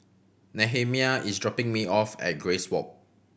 Nehemiah is dropping me off at Grace Walk